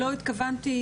לא התכוונתי,